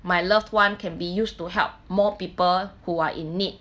my loved one can be used to help more people who are in need